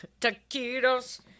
Taquitos